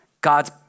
God's